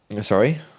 Sorry